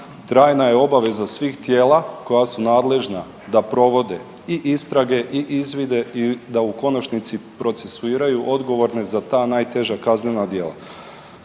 trajna je obaveza svih tijela koja su nadležna da provode i istrage i izvide i da u konačnici procesuiraju odgovorne za ta najteža kaznena djela.